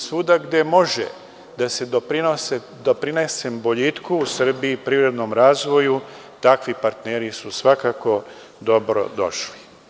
Svuda gde može da se doprinese boljitku u Srbiji, privrednom razvoju, takvi partneri su svakako dobrodošli.